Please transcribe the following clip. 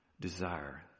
desire